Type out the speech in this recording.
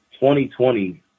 2020